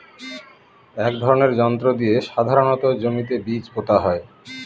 এক ধরনের যন্ত্র দিয়ে সাধারণত জমিতে বীজ পোতা হয়